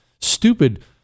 stupid